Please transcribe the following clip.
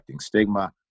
stigma